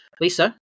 Lisa